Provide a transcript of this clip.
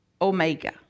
omega